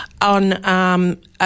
on